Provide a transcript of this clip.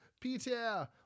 Peter